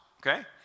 okay